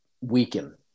weaken